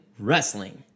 Wrestling